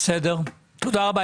תודה רבה.